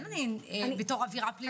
היא כן נחשבת בתור עבירה פלילית.